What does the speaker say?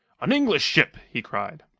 an english ship! he cried.